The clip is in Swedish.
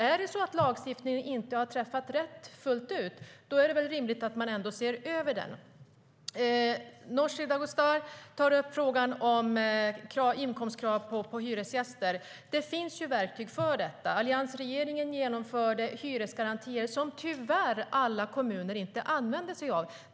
Är det så att lagstiftningen inte har träffat rätt fullt ut är det rimligt att man ser över den. Nooshi Dadgostar tar upp frågan om inkomstkrav på hyresgäster. Det finns verktyg för detta. Alliansregeringen genomförde hyresgarantier, men alla kommuner använder sig tyvärr inte av dem.